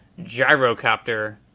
gyrocopter